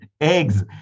eggs